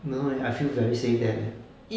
no leh I feel very safe there leh